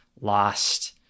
lost